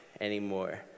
anymore